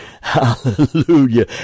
Hallelujah